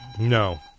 no